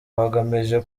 bagamije